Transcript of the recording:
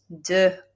de